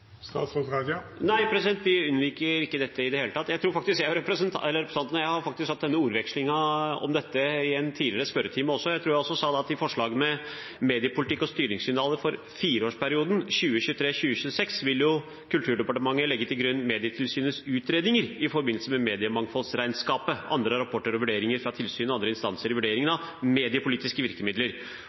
Nei, vi unnviker ikke dette i det hele tatt. Representanten og jeg har faktisk hatt en ordveksling om dette tidligere, i en spørretime. Jeg tror jeg sa at i forslag til mediepolitikk og styringssignaler for fireårsperioden 2023–2026 vil Kulturdepartementet legge til grunn Medietilsynets utredninger i forbindelse med mediemangfoldsregnskapet, andre rapporter og vurderinger fra tilsynet og andre instanser i vurderingen av mediepolitiske virkemidler.